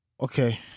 Okay